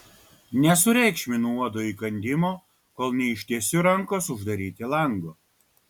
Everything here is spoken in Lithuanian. nesureikšminu uodo įkandimo kol neištiesiu rankos uždaryti lango